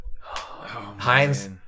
Heinz